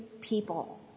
people